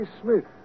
Smith